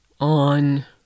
on